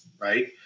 right